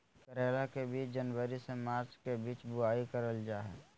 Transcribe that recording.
करेला के बीज जनवरी से मार्च के बीच बुआई करल जा हय